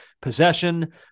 Possession